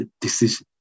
decision